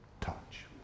touch